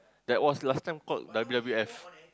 that was last time called W_W_F